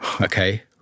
okay